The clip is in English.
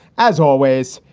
as always,